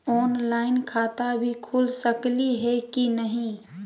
Online खाता भी खुल सकली है कि नही?